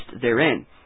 therein